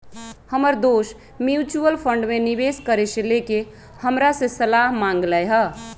हमर दोस mutual fund में निवेश करे से लेके हमरा से सलाह मांगलय ह